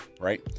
right